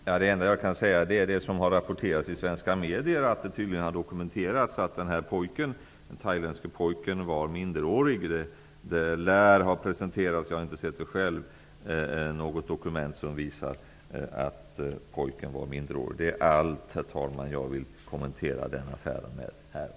Herr talman! Det enda jag kan säga är det som har rapporterats i svenska medier, alltså att det tydligen har dokumenterats att den thailändske pojken var minderårig. Det lär nämligen ha presenterats ett dokument, jag har inte sett det själv, som visar att pojken var minderårig. Mer vill jag inte kommentera den affären här och nu.